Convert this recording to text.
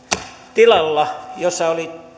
tilalla jossa oli